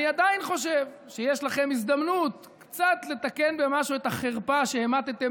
אני עדיין חושב שיש לכם הזדמנות קצת לתקן במשהו את החרפה שהמטתם,